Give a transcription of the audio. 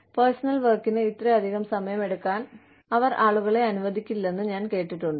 personal വർക്കിന് ഇത്രയധികം സമയം എടുക്കാൻ അവർ ആളുകളെ അനുവദിക്കില്ലെന്ന് ഞാൻ കേട്ടിട്ടുണ്ട്